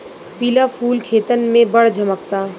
पिला फूल खेतन में बड़ झम्कता